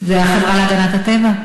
זה החברה להגנת הטבע?